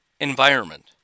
environment